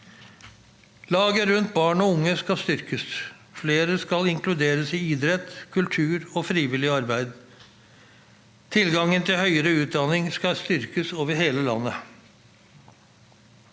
Laget rundt barn og unge skal styrkes, og flere skal inkluderes i idrett, kultur og frivillig arbeid. Tilgangen til høyere utdanning skal styrkes over hele landet.